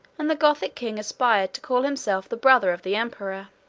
and the gothic king aspired to call himself the brother of the emperor.